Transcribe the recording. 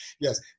Yes